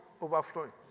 Overflowing